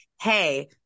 Hey